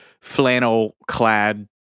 flannel-clad